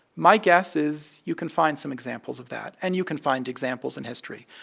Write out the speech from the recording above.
my guess is you can find some examples of that, and you can find examples in history.